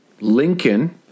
Lincoln